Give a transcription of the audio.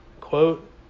Quote